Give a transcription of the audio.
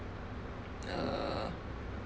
uh